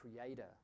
creator